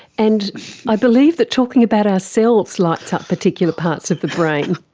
and i believe that talking about ourselves lights up particular parts of the brain.